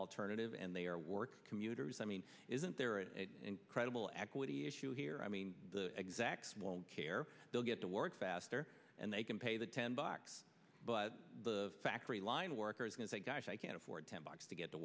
alternative and they are work commuters i mean isn't there an incredible equity issue here i mean the exact won't care they'll get to work faster and they can pay the ten bucks but the factory line workers can say gosh i can't afford ten bucks to get to